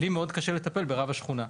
לי מאוד קשה לטפל ברב השכונה,